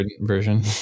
version